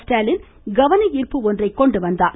ஸ்டாலின் கவனஈர்ப்பு ஒன்றை கொண்டு வந்தார்